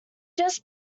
just